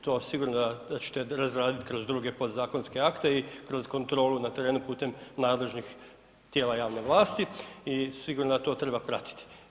To sigurno da ćete razraditi kroz druge podzakonske akte i kroz kontrolu na terenu putem nadležnih tijela javne vlasti i sigurno da to treba pratiti.